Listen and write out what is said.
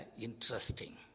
interesting